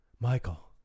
Michael